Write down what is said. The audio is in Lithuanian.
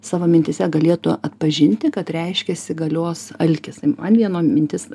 savo mintyse galėtų atpažinti kad reiškiasi galios alkis man vieno mintis